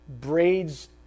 braids